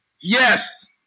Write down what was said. Yes